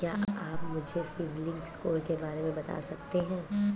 क्या आप मुझे सिबिल स्कोर के बारे में बता सकते हैं?